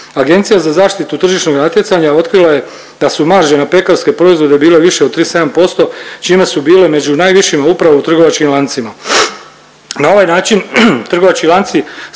Agencija za zaštitu tržišnog natjecanja otkrila je da su marže na pekarske proizvode bile više od 37%, čime su bile među najvišim upravo u trgovačkim lancima. Na ovaj način trgovački lanci